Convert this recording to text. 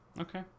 okay